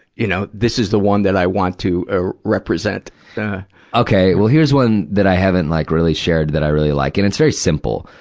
you know, this is the one that i want to ah represent, adam yeah okay, well here's one that i haven't, like, really shared that i really like. and it's very simple.